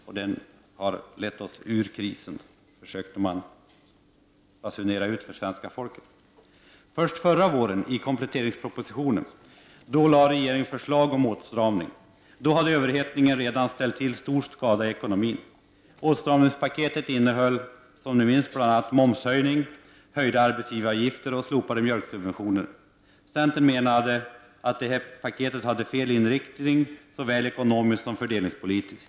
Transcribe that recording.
Och regeringen försökte basunera ut för svenska folket att den politiken hade lett landet ur krisen. Först förra våren, i kompletteringspropositionen, lade regeringen fram förslag om åtstramning. Då hade överhettningen redan ställt till stor skada i ekonomin. Åstramningspaketet innehöll, som vi minns, bl.a. momshöjning, höjning av arbetsgivaravgifterna och slopande av mjölksubventionerna. Centern menade att detta paket hade fel inriktning såväl ekonomiskt som fördelningspolitiskt.